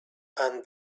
and